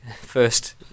first